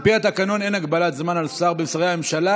על פי התקנון אין הגבלת זמן על שר משרי הממשלה,